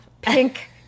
Pink